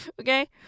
okay